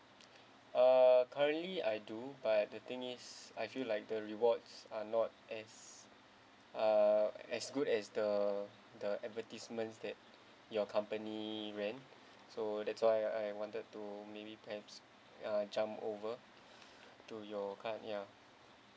uh currently I do but the thing is I feel like the rewards are not as uh as good as the the advertisements that your company rent so that's why I wanted to maybe perhaps uh jump over to your card ya